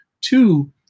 Two